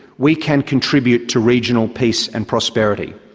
we can contribute to regional peace and prosperity.